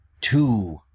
two